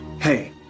Hey